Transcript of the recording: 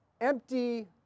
Empty